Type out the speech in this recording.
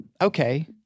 okay